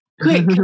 Quick